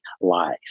lies